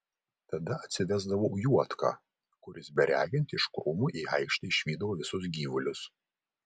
tada atsivesdavau juodką kuris beregint iš krūmų į aikštę išvydavo visus gyvulius